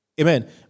Amen